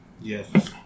yes